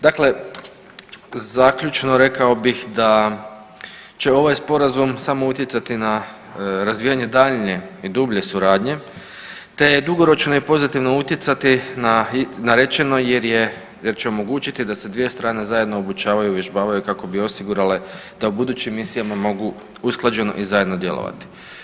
Dakle, zaključno, rekao bih da će ovaj samo utjecati na razvijanje daljnje i dublje suradnje te je dugoročno i pozitivno utjecati na rečeno jer će omogućiti da se dvije strane zajedno obučavaju i uvježbavaju kako bi osigurale da u budućim misijama mogu usklađeno i zajedno djelovati.